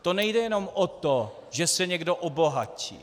To nejde jenom o to, že se někdo obohatí.